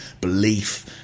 belief